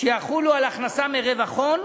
שיחול על הכנסה מרווח הון,